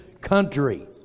country